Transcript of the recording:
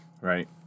Right